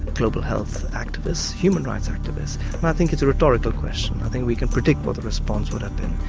global health activists, human rights activists? and i think it's a rhetorical question and i think we can predict what the response would have been.